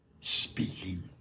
speaking